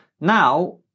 Now